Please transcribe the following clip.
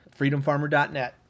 Freedomfarmer.net